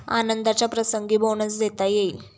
आनंदाच्या प्रसंगी बोनस देता येईल